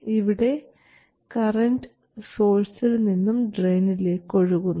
ഇവിടെ കറൻറ് സോഴ്സിൽ നിന്നും ഡ്രയിനിലേക്ക് ഒഴുകുന്നു